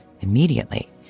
Immediately